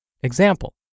Example